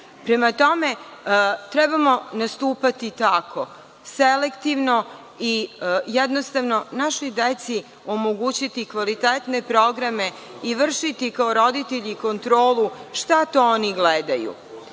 Prema tome, trebamo nastupati tako selektivno i jednostavno našoj deci omogućiti kvalitetne programe i vršiti kao roditelji kontrolu šta to oni gledaju. Ono